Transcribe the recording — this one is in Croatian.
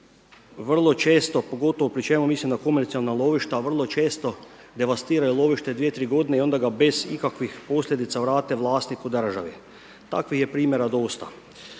vrlo često pogotovo pri čemu mislim na komercijalna lovišta vrlo često devastiraju lovište dvije, tri godine i onda ga bez ikakvih posljedica vrate vlasniku države. Takvih je primjera dosta.